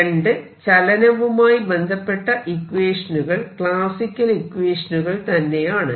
2 ചലനവുമായി ബന്ധപ്പെട്ട ഇക്വേഷനുകൾ ക്ലാസിക്കൽ ഇക്വേഷനുകൾ തന്നെയാണ്